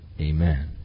Amen